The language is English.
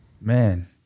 Man